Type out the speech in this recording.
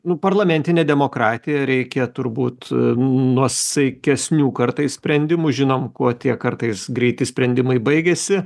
nu parlamentinė demokratija reikia turbūt nuosaikesnių kartais sprendimų žinom kuo tie kartais greiti sprendimai baigiasi